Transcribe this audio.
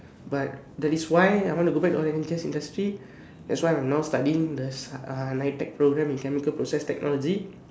but that is why I want to go back to oil and gas industry that's why I am now studying the ah N_I_T_E_C programme in chemical process technology